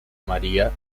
maria